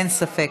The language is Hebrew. אין ספק.